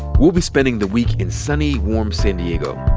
we'll be spending the week in sunny, warm san diego,